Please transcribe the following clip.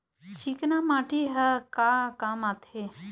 चिकना माटी ह का काम आथे?